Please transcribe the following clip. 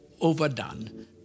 overdone